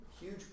huge